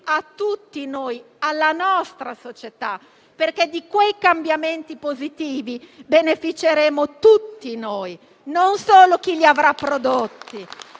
a tutti noi e alla nostra società, perché di quei cambiamenti positivi beneficeremo tutti noi, non solo chi li avrà prodotti.